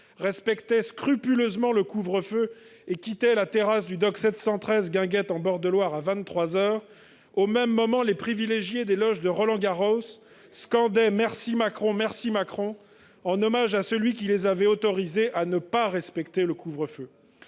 respectaient scrupuleusement le couvre-feu et quittaient la terrasse du Dock 713, guinguette en bord de Loire, à vingt-trois heures, au même moment les privilégiés des loges de Roland-Garros scandaient « Merci Macron, merci Macron !» en hommage à celui qui les avait autorisés à ne pas respecter le couvre-feu.